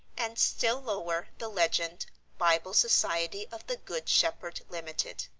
and still lower the legend bible society of the good shepherd limited.